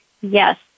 yes